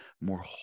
more